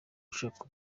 ushaka